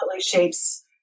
shapes